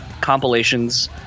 Compilations